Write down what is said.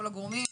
כל הגורמים,